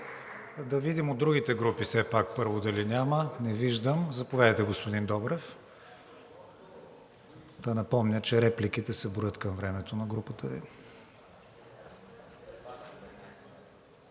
Да видим от другите групи все пак първо дали няма? Не виждам. Заповядайте, господин Добрев. Да напомня, че репликите се броят към времето на групата Ви.